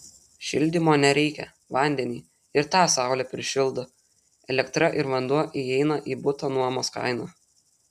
šildymo nereikia vandenį ir tą saulė prišildo elektra ir vanduo įeina į buto nuomos kainą